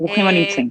ברוכים הנמצאים.